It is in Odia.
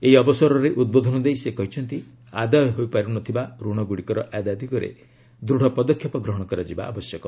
ଏହି ଅବସରରେ ଉଦ୍ବୋଧନ ଦେଇ ସେ କହିଛନ୍ତି ଆଦାୟ ହୋଇପାରୁ ନ ଥିବାର ଋଣଗୁଡ଼ିକର ଆଦାୟ ଦିଗରେ ଦୂଢ଼ ପଦକ୍ଷେପ ଗ୍ରହଣ କରାଯିବା ଆବଶ୍ୟକ